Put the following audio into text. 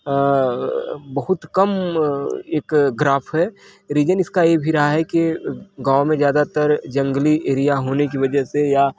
अ बहुत कम एक ग्राफ है रीजन इसका ये भी रहा है कि गाँव में ज्यादातर जंगली एरिया होने की वज़ह से या